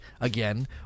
again